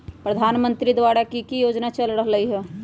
प्रधानमंत्री द्वारा की की योजना चल रहलई ह?